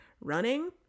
running